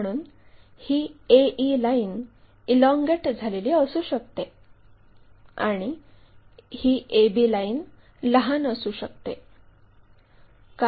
म्हणून ही ae line elongate झालेली असू शकते आणि ही ab लाईन लहान असू शकते